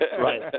Right